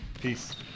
Peace